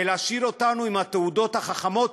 ולהשאיר אותנו עם התעודות החכמות,